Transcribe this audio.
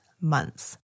months